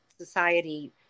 society